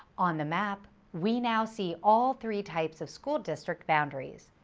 on the map, we now see all three types of school district boundaries.